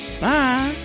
Bye